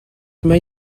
mae